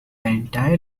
entire